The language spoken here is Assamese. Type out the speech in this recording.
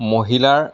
মহিলাৰ